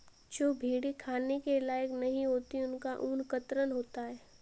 जो भेड़ें खाने के लायक नहीं होती उनका ऊन कतरन होता है